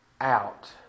out